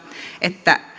että